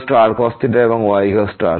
xrcos এবং yrsin